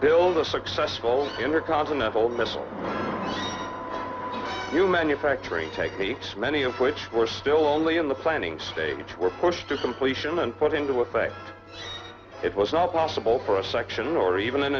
build a successful intercontinental missiles new manufacturing techniques many of which were still only in the planning stage were pushed to completion and put into effect it was not possible for a section or even an